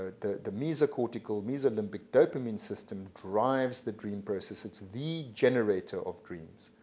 ah the the mesocortical mesolimbic dopamine system drives the dream process it's the generator of dreams.